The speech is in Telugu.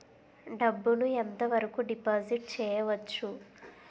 డబ్బు ను ఎంత వరకు డిపాజిట్ చేయవచ్చు?